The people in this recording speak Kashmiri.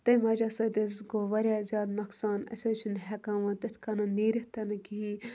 تمہِ وجہ سۭتۍ حظ گوٚو واریاہ زیادٕ نۄقصان أسۍ حظ چھِنہٕ ہٮ۪کان وۄنۍ تِتھ کَنَن نیٖرِتھ تِنہٕ کِہیٖنۍ